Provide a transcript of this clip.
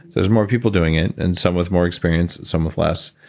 there's more people doing it and some with more experience, some with less.